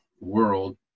world